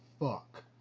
fuck